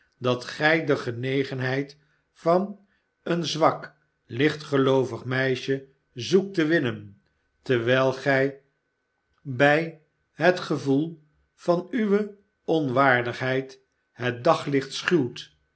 dat gij de genegenheid van een zwak lichtgeloovig meisje zoekt te winnen terwijl gij bij het gevoel van uwe onwaardigheid het daglicht schuwt